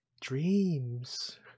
Dreams